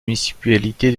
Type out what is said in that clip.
municipalité